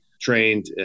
trained